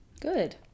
Good